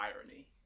irony